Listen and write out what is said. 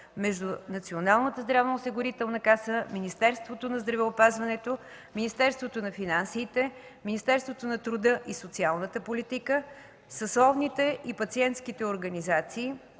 възстановяване на координацията между НЗОК, Министерството на здравеопазването, Министерството на финансите, Министерството на труда и социалната политика, съсловните и пациентските организации